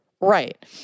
right